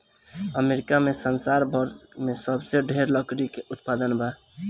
America में संसार भर में सबसे ढेर लकड़ी के उत्पादन बा